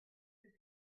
les